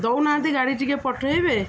ଦଉନାହାନ୍ତି ଗାଡ଼ି ଟିକେ ପଠେଇବେ